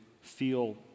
feel